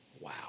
Wow